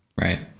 Right